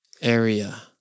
area